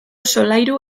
solairu